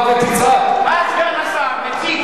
מה סגן השר מציג,